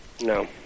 No